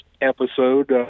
episode